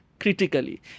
critically